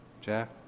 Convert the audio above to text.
Jack